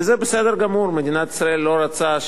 וזה בסדר גמור: מדינת ישראל לא רוצה,